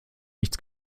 nichts